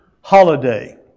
holiday